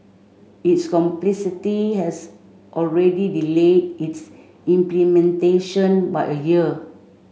its complexity has already delayed its implementation by a year